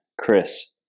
Chris